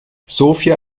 sofia